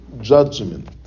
judgment